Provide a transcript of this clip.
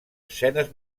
escenes